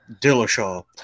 Dillashaw